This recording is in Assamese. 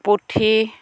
পুঠি